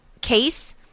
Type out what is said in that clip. case